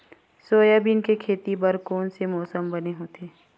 Soybean के खेती बर कोन से मौसम बने होथे?